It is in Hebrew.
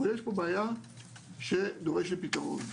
אבל יש פה בעיה שדורשת פתרון.